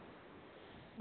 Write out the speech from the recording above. morning